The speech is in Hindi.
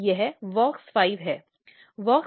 यह WOX5 है